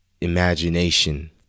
imagination